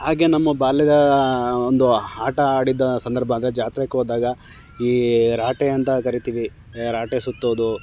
ಹಾಗೆ ನಮ್ಮ ಬಾಲ್ಯದ ಒಂದು ಆಟ ಆಡಿದ ಸಂದರ್ಭ ಅಂದರೆ ಜಾತ್ರೆಗೆ ಹೋದಾಗ ಈ ರಾಟೆ ಅಂತ ಕರಿತೀವಿ ರಾಟೆ ಸುತ್ತೋದು